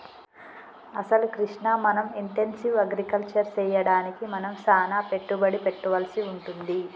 అసలు కృష్ణ మనం intensive agriculture సెయ్యడానికి మనం సానా పెట్టుబడి పెట్టవలసి వుంటది